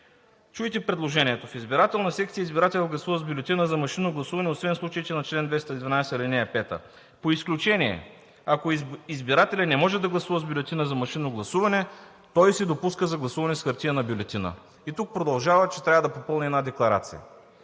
Чуйте предложението: „В избирателна секция избирателят гласува с бюлетина за машинно гласуване, освен в случаите на чл. 212, ал. 5. По изключение, ако избирателят не може да гласува с бюлетина за машинно гласуване, той се допуска за гласуване с хартиена бюлетина“ – и тук продължава, че трябва да попълни една декларация.